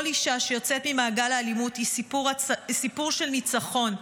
כל אישה שיוצאת ממעגל האלימות היא סיפור של ניצחון,